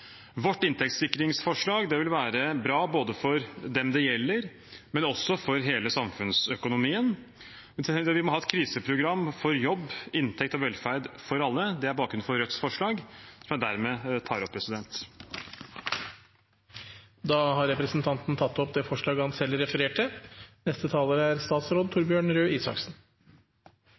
Vårt inntektssikringsforslag vil være bra ikke bare for dem det gjelder, men også for hele samfunnsøkonomien. Vi må ha et kriseprogram for jobb, inntekt og velferd for alle. Det er bakgrunnen for Rødts forslag, som jeg dermed tar opp. Da har representanten Bjørnar Moxnes tatt opp det forslaget han refererte